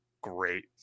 great